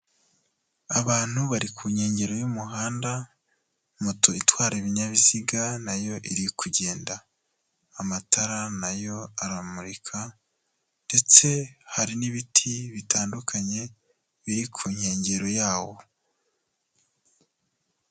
Abantu bari ku nkengero y'umuhanda, moto itwara ibinyabiziga nayo iri kugenda, amatara nayo aramurika ndetse hari n'ibiti bitandukanye biri ku nkengero yawo.